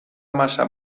massa